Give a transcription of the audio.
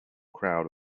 crowd